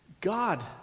God